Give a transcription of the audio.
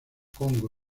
congo